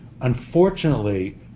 Unfortunately